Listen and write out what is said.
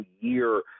year